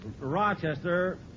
Rochester